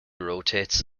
rotates